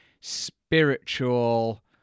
spiritual